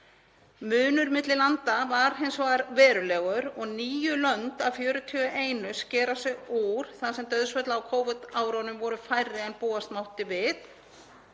Munur milli landa var hins vegar verulegur og níu lönd af 41 skera sig úr þar sem dauðsföll á Covid-árunum voru færri en búast mátti við